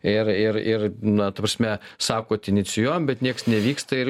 ir ir ir na ta prasme sakot inicijuojam bet nieks nevyksta ir